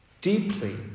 Deeply